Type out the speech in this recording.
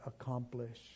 accomplish